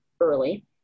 early